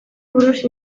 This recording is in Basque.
buruz